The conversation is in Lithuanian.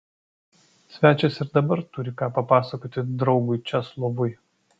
svečias ir dabar turi ką papasakoti draugui česlovui